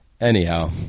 anyhow